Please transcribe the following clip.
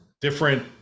different